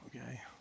okay